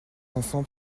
enfants